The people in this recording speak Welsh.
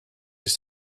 dydd